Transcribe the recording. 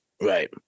right